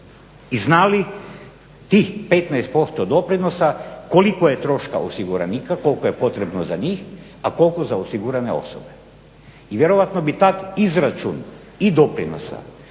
i znali tih 15% doprinosa koliko je troška osiguranika, koliko je potrebno za njih, a koliko za osigurane osobe. I vjerojatno bi tada izračun i doprinosa